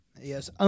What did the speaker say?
yes